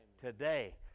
today